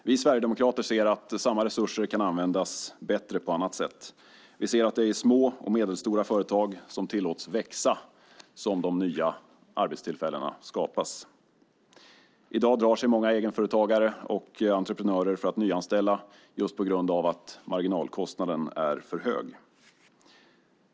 Vi sverigedemokrater ser att samma resurser kan göra mer nytta på annat sätt. Vi ser att det är i små och medelstora företag som tillåts växa som de nya arbetstillfällena skapas. I dag drar sig många egenföretagare och entreprenörer för att nyanställa på grund av att marginalkostnaden är för hög.